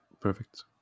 perfect